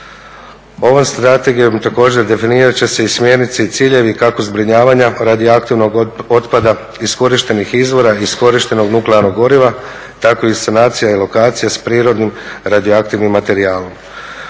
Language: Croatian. Ovom strategijom također definirat će se i smjernice i ciljevi kako zbrinjavanja radioaktivnog otpada, iskorištenih izvora i istrošenog nuklearnog goriva, tako i sanacija i lokacija s prirodnim radioaktivnim materijalom.